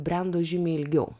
brendo žymiai ilgiau